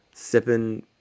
sipping